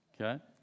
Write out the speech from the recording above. Okay